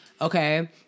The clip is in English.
Okay